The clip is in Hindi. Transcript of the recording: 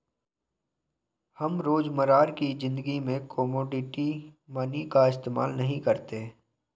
हम रोजमर्रा की ज़िंदगी में कोमोडिटी मनी का इस्तेमाल नहीं करते